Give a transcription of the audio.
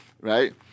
Right